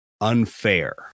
unfair